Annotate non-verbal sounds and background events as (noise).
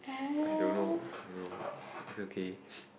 (noise) I don't know I don't know is okay (breath)